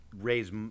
raise